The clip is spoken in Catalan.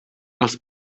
els